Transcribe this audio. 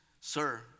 sir